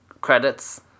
credits